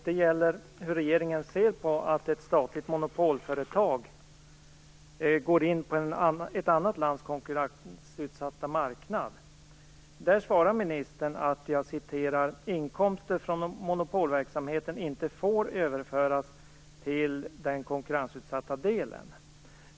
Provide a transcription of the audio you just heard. Den gäller hur regeringen ser på att ett statligt monopolföretag går in på ett annat lands konkurrensutsatta marknad. Ministern svarar att inkomster från monopolverksamheten inte får överföras till den konkurrensutsatta delen.